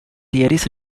theories